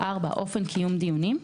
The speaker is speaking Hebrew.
(4)אופן קיום דיונים,